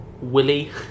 Willy